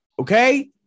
okay